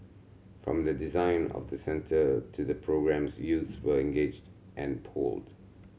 from the design of the centre to the programmes youth were engaged and polled